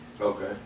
Okay